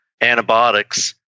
antibiotics